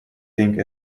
thing